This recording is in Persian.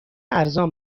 ارزان